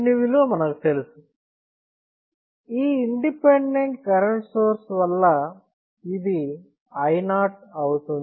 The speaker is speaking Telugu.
దీని విలువ మనకు తెలుసు ఈ ఇండిపెండెంట్ కరెంట్ సోర్స్ వల్ల ఇది I0 అవుతుంది